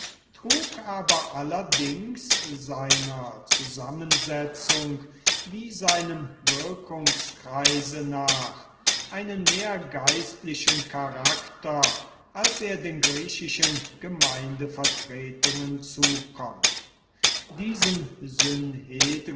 trug aber allerdings seiner zusammensetzung wie seinem wirkungskreise nach einen mehr geistlichen charakter als er den griechischen gemeindevertretungen zukommt diesem